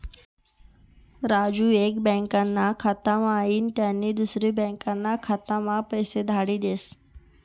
राजू एक बँकाना खाता म्हाईन त्यानी दुसरी बँकाना खाताम्हा पैसा धाडी देस